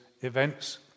events